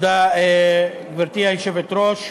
גברתי היושבת-ראש,